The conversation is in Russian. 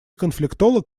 конфликтолог